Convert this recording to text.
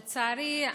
לצערי,